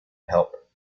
help